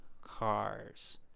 Cars